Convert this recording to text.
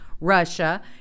Russia